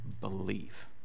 believe